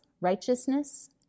righteousness